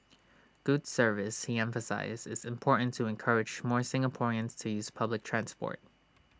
good service he emphasised is important to encourage more Singaporeans to use public transport